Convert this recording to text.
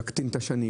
להקטין את השנים.